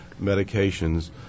medications